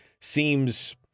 seems